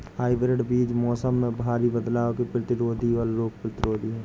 hybrid बीज मौसम में भारी बदलाव के प्रतिरोधी और रोग प्रतिरोधी हैं